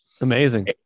Amazing